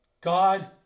God